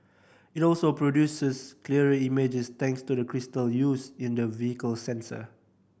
it also produces clearer images thanks to the crystal used in the vehicle's sensor